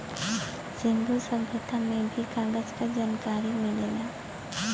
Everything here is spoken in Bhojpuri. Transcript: सिंन्धु सभ्यता में भी कागज क जनकारी मिलेला